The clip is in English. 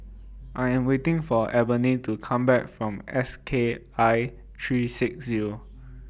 I Am waiting For Ebony to Come Back from S K I three six Zero